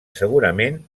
segurament